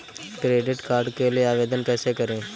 Credit card के लिए आवेदन कैसे करें?